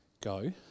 go